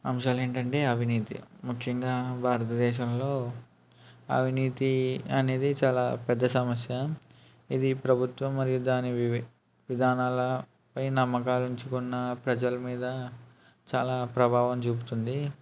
అంశాలు ఏంటి అంటే అవినీతి ముఖ్యంగా భారతదేశంలో అవినీతి అనేది చాలా పెద్ద సమస్య ఇది ప్రభుత్వం మరియు దాని వివి విధానాలపై నమ్మకాలు ఉంచుకున్న ప్రజలు మీద చాలా ప్రభావం చూపుతుంది